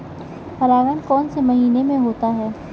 परागण कौन से महीने में होता है?